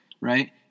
Right